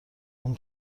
اون